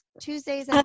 Tuesdays